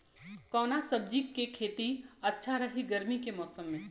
कवना सब्जी के खेती अच्छा रही गर्मी के मौसम में?